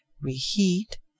reheat